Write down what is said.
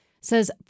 says